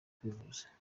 kwivuza